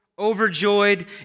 overjoyed